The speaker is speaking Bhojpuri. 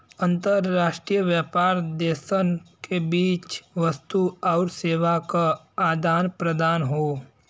अंतर्राष्ट्रीय व्यापार देशन के बीच वस्तु आउर सेवा क आदान प्रदान हौ